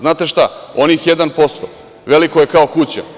Znate šta, onih 1% veliko je kao kuća.